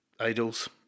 idols